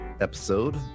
episode